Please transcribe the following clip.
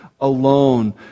alone